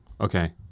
Okay